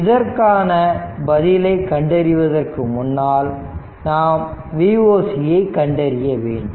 இதற்கான பதிலை கண்டறிவதற்கு முன்னால் நாம் Voc ஐ கண்டறிய வேண்டும்